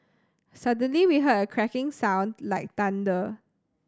suddenly we heard a cracking sound like thunder